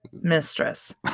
Mistress